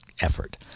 effort